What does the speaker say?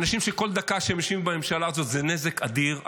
אלה אנשים שכל דקה שהם יושבים בממשלה הזאת זה נזק אדיר.